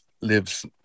lives